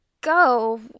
go